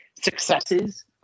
successes